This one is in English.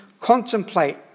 contemplate